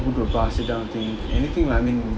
go to a bar sit down think anything lah I mean